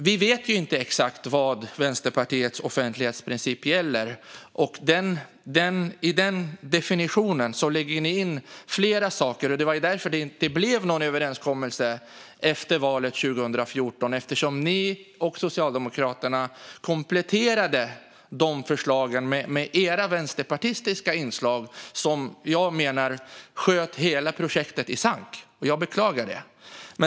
Vi vet inte exakt vad Vänsterpartiets offentlighetsprincip gäller. I den definitionen lägger ni in flera saker, och det var därför det inte blev en överenskommelse efter valet 2014. Ni och Socialdemokraterna kompletterade de förslagen med era vänsterpartistiska inslag, som jag menar sköt hela projektet i sank. Jag beklagar det.